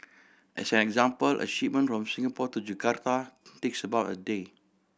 as an example a shipment from Singapore to Jakarta takes about a day